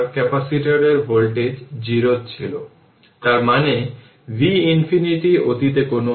ক্যাপাসিটরে স্টোরড এই energy r যাকে 12 cv 2 বা 12 c q 2 বলা হয়